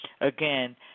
again